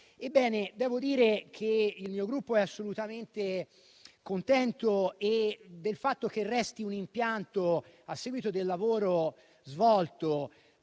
devo dire che il mio Gruppo è assolutamente contento del fatto che resti un impianto, a seguito del lavoro svolto